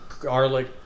garlic